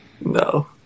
No